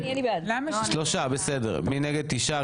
תשעה.